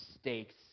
stakes